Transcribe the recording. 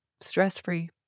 stress-free